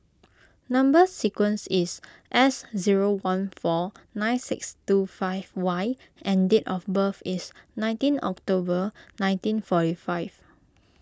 Number Sequence is S zero one four nine six two five Y and date of birth is nineteen October nineteen forty five